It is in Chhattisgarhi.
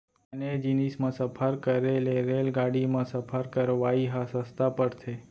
आने जिनिस म सफर करे ले रेलगाड़ी म सफर करवाइ ह सस्ता परथे